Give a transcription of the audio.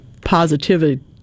positivity